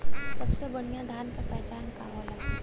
सबसे बढ़ियां धान का पहचान का होला?